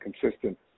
consistent